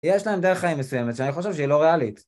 יש להם דרך חיים מסוימת שאני חושב שהיא לא ריאלית.